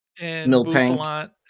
Miltank